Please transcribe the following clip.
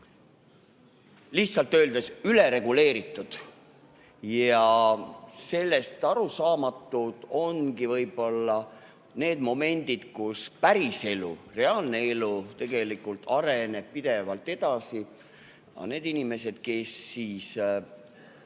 lihtsalt öeldes üle reguleeritud. Arusaamatud ongi võib-olla need momendid, kus päriselu, reaalne elu areneb pidevalt edasi, aga need inimesed, kes annavad